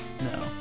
No